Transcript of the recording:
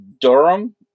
Durham